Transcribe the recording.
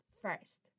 first